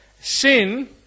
sin